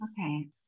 Okay